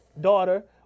daughter